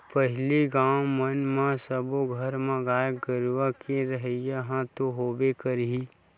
पहिली गाँव मन म सब्बे घर म गाय गरुवा के रहइ ह तो होबे करही